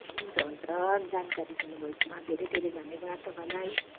हुन्छ हुन्छ जानकारी दिनु भएकोमा धेरै धेरै धन्यवाद तपाईँलाई